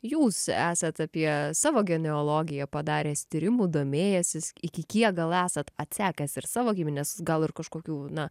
jūs esat apie savo genealogiją padaręs tyrimų domėjęsis iki kiek gal esat atsekęs ir savo gimines gal ir kažkokių na